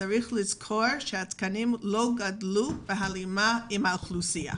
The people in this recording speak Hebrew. צריך לזכור שהתקנים לא גדלו בהלימה עם האוכלוסייה.